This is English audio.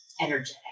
energetic